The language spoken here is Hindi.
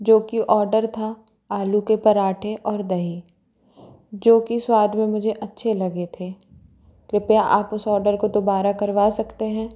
जो कि ऑडर था आलू के पराठे और दही जो कि स्वाद में मुझे अच्छे लगे थे कृपया आप उस ऑडर को दोबारा करवा सकते हैं